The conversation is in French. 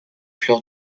fleur